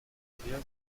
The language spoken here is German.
schwer